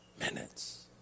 minutes